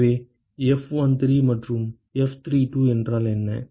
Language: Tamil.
எனவே F13 மற்றும் F32 என்றால் என்ன